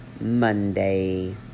Monday